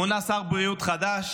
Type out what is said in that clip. מונה שר בריאות חדש,